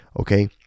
okay